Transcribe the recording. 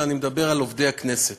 אלא אני מדבר על עובדי הכנסת.